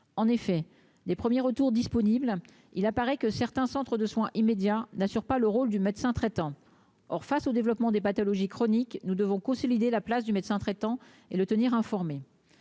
en effet les premiers retours disponible, il apparaît que certains centres de soins immédiats n'assure pas le rôle du médecin traitant, or face au développement des pathologies chroniques, nous devons consolider la place du médecin traitant et le tenir informé